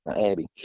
Abby